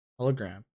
hologram